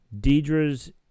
Deidre's